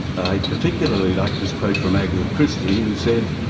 i particularly liked his quote from agatha christie who said,